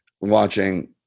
watching